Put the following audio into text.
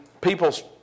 people's